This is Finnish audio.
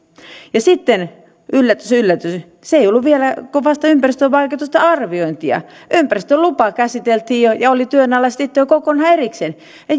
ja sitten yllätys yllätys se ei ollut vielä kuin vasta ympäristövaikutusten arviointia ja ympäristölupa käsiteltiin ja ja oli työn alla sitten kokonaan erikseen ja